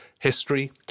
history